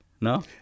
No